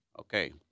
Okay